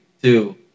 two